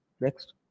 next